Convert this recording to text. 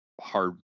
hard